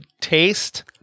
taste